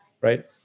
right